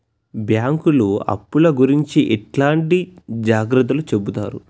బ్యాంకులు అప్పుల గురించి ఎట్లాంటి జాగ్రత్తలు చెబుతరు?